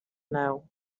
know